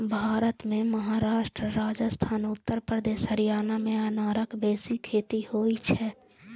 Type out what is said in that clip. भारत मे महाराष्ट्र, राजस्थान, उत्तर प्रदेश, हरियाणा मे अनारक बेसी खेती होइ छै